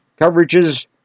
coverages